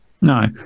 No